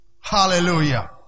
hallelujah